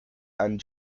and